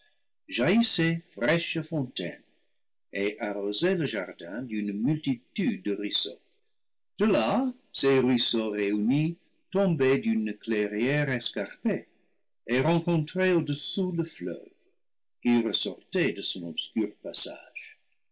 fraîche fontaine et arrosait le jardin d'une multitude de ruisseaux de là ces ruisseaux réunis tombaient d'une clairière escarpée et rencontraient au-dessous le fleuve qui ressortait de son obscur passage